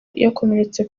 yakomeretse